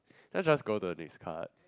let's just go to the next card